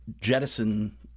jettison